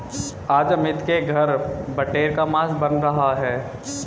आज अमित के घर बटेर का मांस बन रहा है